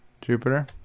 Jupiter